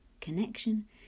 connection